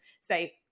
say